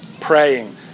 Praying